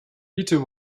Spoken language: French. peter